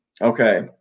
Okay